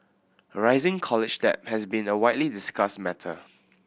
rising college debt has been a widely discussed matter